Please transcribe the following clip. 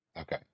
Okay